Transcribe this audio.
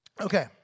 Okay